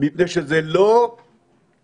מפני שזה לא 25